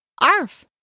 Arf